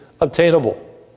obtainable